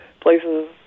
places